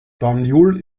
banjul